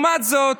ולעומת זאת,